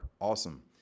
awesome